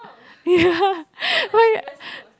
ya why